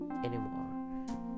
anymore